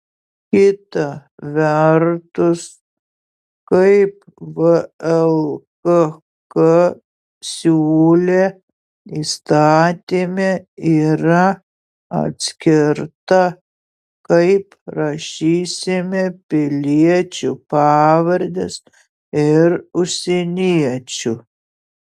kita vertus kaip vlkk siūlė įstatyme yra atskirta kaip rašysime piliečių pavardes ir užsieniečių